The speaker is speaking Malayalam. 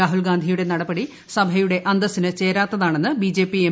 രാഹുൽഗാന്ധിയുടെ നടപടി സഭയുടെ അന്തസിന് ചേരാത്തതാണെന്ന് ബിജെപി എം